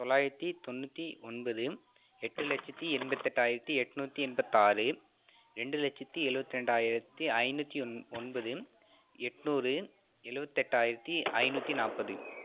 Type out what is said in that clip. தொள்ளாயிரத்தி தொண்ணூற்றி ஒன்பது எட்டு லட்சத்தி எண்பத்தெட்டாயிரத்தி எண்நூத்தி எண்பத்தாறு ரெண்டு லட்சத்தி எழுபத்தி ரெண்டாயிரத்தி ஐநூற்றி ஒன்பது எண்நூறு எழுபதெட்டாயிரத்தி ஐநூத்தி நாற்பது